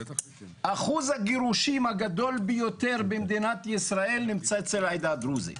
אחוז הגירושין הגדול ביותר במדינת ישראל נמצא אצל העדה הדרוזית.